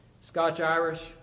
Scotch-Irish